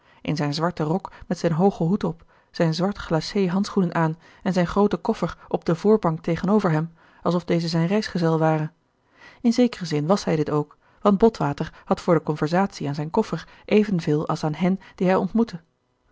in zijn zwarten rok met zijn hoogen hoed op zijn zwart glacé handschoenen aan en zijn grooten koffer op de voorbank tegenover hem alsof deze zijn reisgezel ware in zekeren zin was hij dit ook want botwater had voor de conversatie aan zijn koffer even veel als aan hen die hij ontmoette